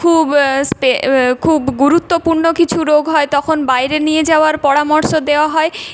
খুব স্পে খুব গুরুত্বপূর্ণ কিছু রোগ হয় তখন বাইরে নিয়ে যাওয়ার পরামর্শ দেওয়া হয়